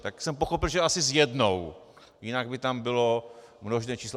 Tak jsem pochopil, že asi s jednou, jinak by tam bylo množné číslo.